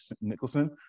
Nicholson